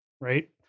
right